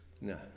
no